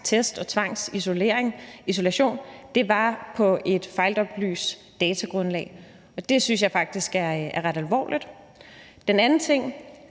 og tvangsisolation var forkert. Det var på et fejloplyst datagrundlag. Det synes jeg faktisk er ret alvorligt. Den anden ting